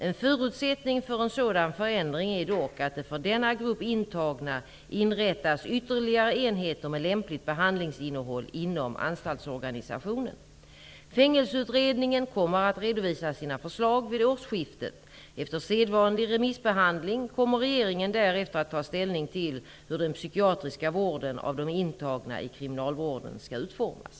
En förutsättning för en sådan förändring är dock att det för denna grupp intagna inrättas ytterligare enheter med lämpligt behandlingsinnehåll inom anstaltsorganisationen. Fängelseutredningen kommer att redovisa sina förslag vid årsskiftet. Efter sedvanlig remissbehandling kommer regeringen därefter att ta ställning till hur den psykiatriska vården av de intagna i kriminalvården skall utformas.